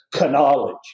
knowledge